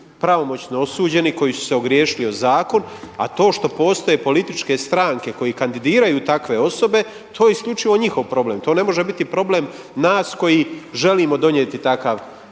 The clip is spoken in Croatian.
pravomoćno osuđeni, koji su se ogriješili o zakon a to što postoje političke stranke koji kandidiraju takve osobe to je isključivo njihov problem. To ne može biti problem nas koji želimo donijeti takav